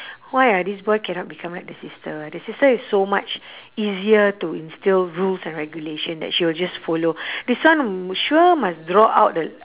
why ah this boy cannot become like the sister the sister is so much easier to instil rules and regulation that she'll just follow this one sure must draw out the